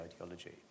ideology